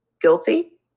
guilty